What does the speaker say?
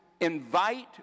Invite